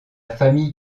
famille